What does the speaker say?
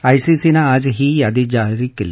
आयसीसीनं आज ही यादी जाहीर केली